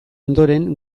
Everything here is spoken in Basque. ondoren